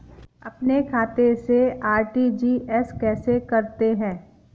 अपने खाते से आर.टी.जी.एस कैसे करते हैं?